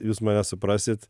jūs mane suprasit